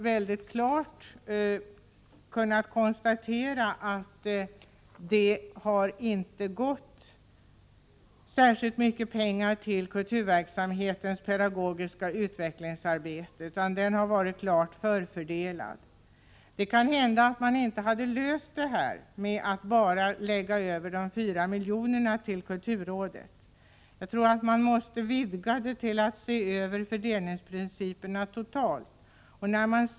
Vi har kunnat konstatera att det inte gått särskilt mycket pengar till kulturverksamhetens pedagogiska utvecklingsarbete, utan detta har varit klart förfördelat. Det kan hända att denna fråga inte hade lösts bara genom att man lagt över de 4 miljonerna till kulturrådet. Jag tror att man måste vidga det hela till att gälla en översyn av fördelningsprinciperna totalt.